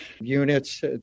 units